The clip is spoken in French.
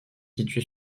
situé